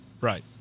Right